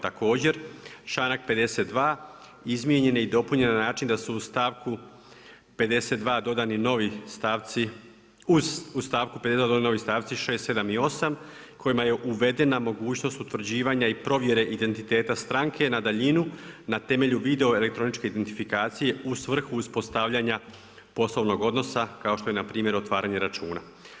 Također, čl.52. izmijenjene i dopunjen je na način da su u stavku 52 dodani novi stavci, uz stavku 52 novi stavci 6, 7 i 8, kojima je uvedena mogućnost utvrđivanja i provjere identiteta stranke na daljinu na temelju vidio elektroničke identifikacije u svrhu ispostavljanja poslovnog odnosa kao što je npr. otvaranje računa.